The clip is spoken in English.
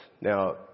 Now